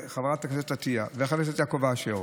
לחברת הכנסת עטייה ולחבר הכנסת יעקב אשר,